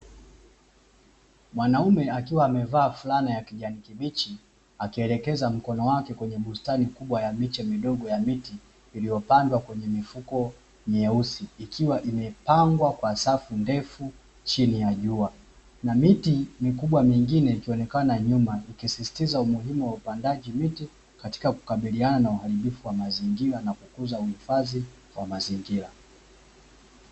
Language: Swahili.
Mwanaume akiwa amevaa fulana ya kijani kibichi akielekeza mkono yake kwenye bustani kubwa ya miche midogo ya miti iliyopandwa kwenye mifuko myeusi, ikiwa imepangwa kwa safu ndefu chini ya jua. Na miti mikubwa mingine ikionekana nyuma ikisiitiza umuhimu wa upandaji miti katika kukabiliana na uharibifu wa mazingira na kukuza uhifadhi wa mazingira.